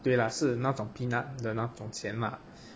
对啦是那种 peanut 的那种钱啦